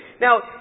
Now